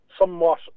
somewhat